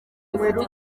ufite